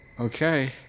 okay